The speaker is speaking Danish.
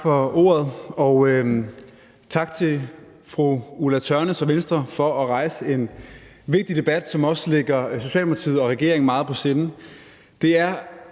Tak for ordet, og tak til fru Ulla Tørnæs og Venstre for at rejse en vigtig debat, som også ligger Socialdemokratiet og regeringen meget på sinde.